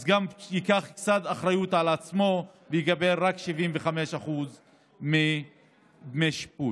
אז הוא גם ייקח קצת אחריות על עצמו ויקבל רק 75% מדמי השיפוי,